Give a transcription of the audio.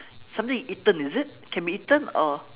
something eaten is it can be eaten or